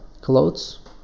clothes